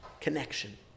connection